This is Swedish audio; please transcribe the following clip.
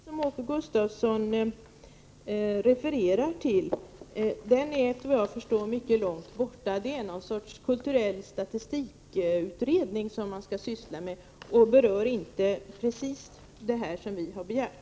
Herr talman! Den utredning som Åke Gustavsson refererar till är efter vad jag förstår mycket långt ifrån det som vi nu talar om. Det är någon sorts kulturell statistikutredning som man skall syssla med. Den berör inte det som vi har begärt.